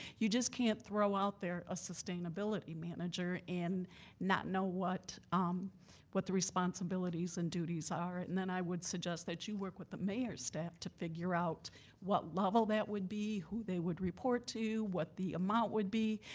you just can't throw out there a sustainability manager and not know what um what the responsibilities and duties are. and then i would suggest that you work with the mayor's staff to figure out what level that would be, who they would report to, what the amount would be.